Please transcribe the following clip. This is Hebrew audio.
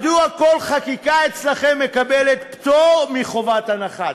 מדוע כל חקיקה אצלכם מקבלת פטור מחובת הנחה?